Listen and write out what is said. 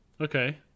Okay